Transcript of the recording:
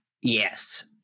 Yes